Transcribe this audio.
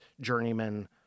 journeyman